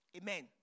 amen